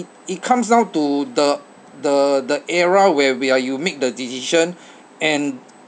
it comes down to the the the era where we are you make the decision and